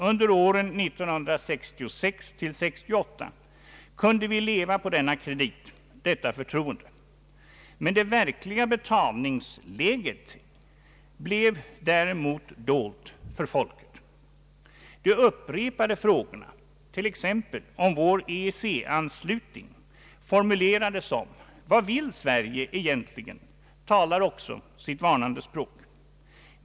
Under åren 1966—1968 kunde vi leva på denna kredit, detta förtroende. Men det verkliga betalningsläget blev därmed dolt för folket. De upprepade frågorna t.ex. om vår EEC anslutning, formulerade som: ”Vad vill Sverige egentligen?”, talar också sitt varnande språk.